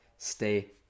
stay